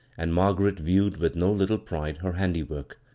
and margaret viewed with no little pride her handiwork.